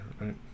right